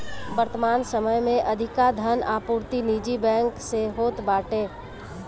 वर्तमान समय में अधिका धन आपूर्ति निजी बैंक से होत बाटे